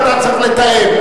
את השאר אתה צריך לתאם.